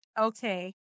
Okay